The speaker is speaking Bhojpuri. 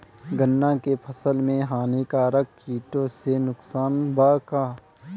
गन्ना के फसल मे हानिकारक किटो से नुकसान बा का?